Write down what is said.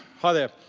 hi there.